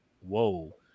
Whoa